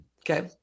Okay